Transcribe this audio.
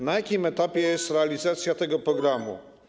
Na jakim etapie jest realizacja tego programu?